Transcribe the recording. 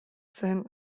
zen